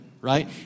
right